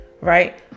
right